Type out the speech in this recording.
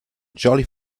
jolly